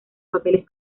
papeles